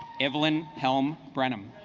evelyn helm brenham